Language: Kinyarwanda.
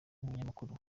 umunyamakuru